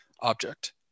object